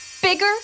bigger